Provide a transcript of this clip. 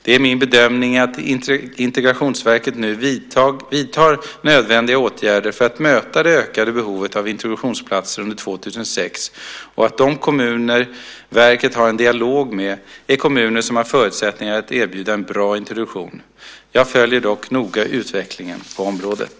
Det är min bedömning att Integrationsverket nu vidtar nödvändiga åtgärder för att möta det ökade behovet av introduktionsplatser under 2006 och att de kommuner som verket har en dialog med är kommuner som har förutsättningar att erbjuda en bra introduktion. Jag följer dock noga utvecklingen på området.